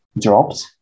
dropped